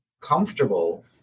comfortable